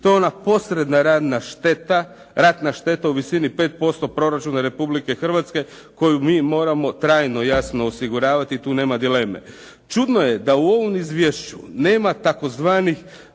To je ona posredna ratna šteta u visini 5% proračuna Republike Hrvatske koju mi moramo trajno jasno osiguravati, tu nema dileme. Čudno je da u ovom izvješću nema tzv.